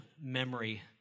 memory